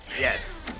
Yes